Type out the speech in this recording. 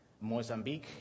mozambique